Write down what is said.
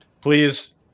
Please